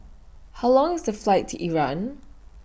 How Long IS The Flight to Iran